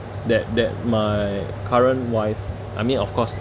that that my current wife I mean of course